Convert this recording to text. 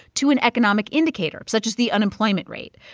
to an economic indicator, such as the unemployment rate.